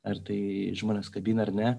ar tai žmones kabina ar ne